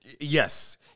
Yes